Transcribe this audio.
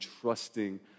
trusting